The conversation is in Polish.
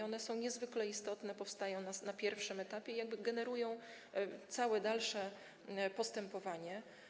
One są niezwykle istotne, powstają na pierwszym etapie i generują całe dalsze postępowanie.